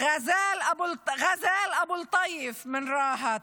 גזאל אבו לטיף מרהט,